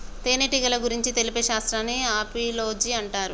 తేనెటీగల గురించి తెలిపే శాస్త్రాన్ని ఆపిలోజి అంటారు